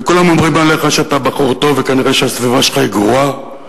וכולם אומרים עליך שאתה בחור טוב וכנראה הסביבה שלך היא גרועה,